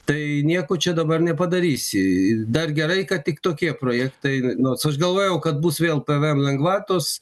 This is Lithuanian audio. tai nieko čia dabar nepadarysi dar gerai kad tik tokie projektai nors aš galvojau kad bus vėl pvm lengvatos